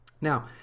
Now